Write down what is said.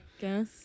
guess